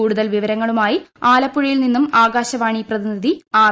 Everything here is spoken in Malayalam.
കൂടുതൽ വിവരങ്ങളുമായി ആലപ്പുഴയിൽ നിന്നും ആകാശവാണി പ്രതിനിധി ആർ